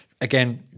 Again